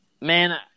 Man